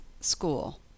school